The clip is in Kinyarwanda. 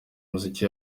umuziki